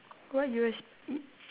what U_S_B